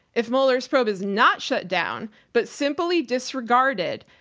if mueller's probe is not shut down but simply disregarded,